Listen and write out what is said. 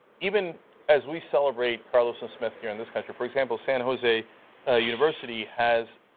even as we celebrate carlos and smith yeah in this country, for example san jose ah university has